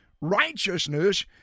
Righteousness